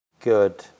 good